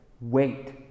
wait